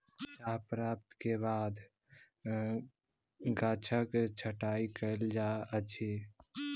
चाह प्राप्ति के बाद गाछक छंटाई कयल जाइत अछि